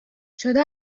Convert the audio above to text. شده